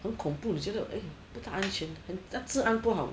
很恐怖你觉得啊不大安全很自安不好